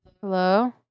Hello